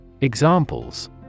Examples